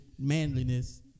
manliness